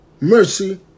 mercy